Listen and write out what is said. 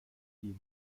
die